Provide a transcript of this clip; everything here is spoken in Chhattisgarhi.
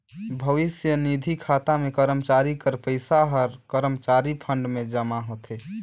भविस्य निधि खाता में करमचारी कर पइसा हर करमचारी फंड में जमा होथे